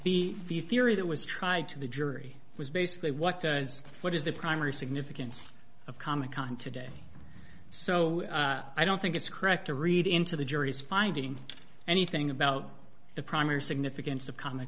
the the theory that was tried to the jury was basically what does what is the primary significance of comic con today so i don't think it's correct to read into the jury's finding anything about the prime or significance of comic